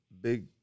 big